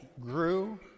grew